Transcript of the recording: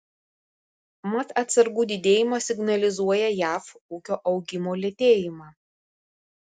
mat atsargų didėjimas signalizuoja jav ūkio augimo lėtėjimą